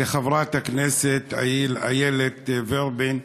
לחברת הכנסת איילת ורבין,